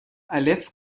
الف